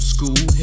School